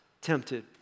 tempted